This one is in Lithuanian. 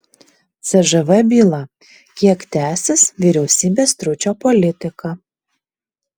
cžv byla kiek tęsis vyriausybės stručio politika